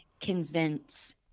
convince